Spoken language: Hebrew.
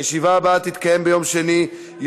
הישיבה הבאה תתקיים ביום שני,